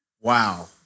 Wow